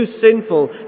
sinful